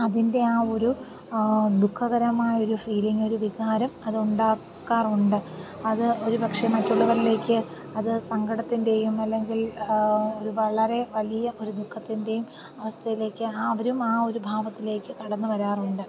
അതിൻ്റെ ആ ഒരു ദുഃഖകരമായ ഒരു ഫീലിങ്ങ് ഒരു വികാരം അത് ഉണ്ടാക്കാറുണ്ട് അത് ഒരുപക്ഷെ മറ്റുള്ളവരിലേക്ക് അത് സങ്കടത്തിൻ്റെയും അല്ലെങ്കിൽ ഒരു വളരെ വലിയ ഒരു ദുഃഖത്തിൻ്റെയും അവസ്ഥയിലേക്ക് ആ അവരും ആ ഒരു ഭാവത്തിലേക്ക് കടന്നുവരാറുണ്ട്